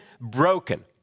broken